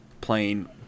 playing